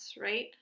right